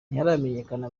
ntiharamenyekana